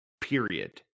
Period